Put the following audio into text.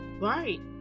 right